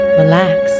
relax